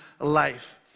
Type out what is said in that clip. life